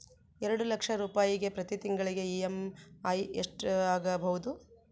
ಎರಡು ಲಕ್ಷ ರೂಪಾಯಿಗೆ ಪ್ರತಿ ತಿಂಗಳಿಗೆ ಇ.ಎಮ್.ಐ ಎಷ್ಟಾಗಬಹುದು?